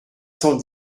cent